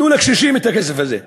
תנו לקשישים את הכסף הזה.